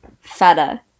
feta